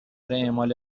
اعمال